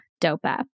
dopa